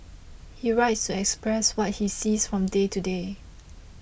he writes to express what he sees from day to day